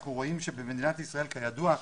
אנחנו יודעים שבמדינת ישראל, כידוע,